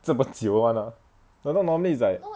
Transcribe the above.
怎么久 [one] ah I thought normally it's like